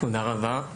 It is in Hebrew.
תודה רבה.